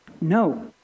No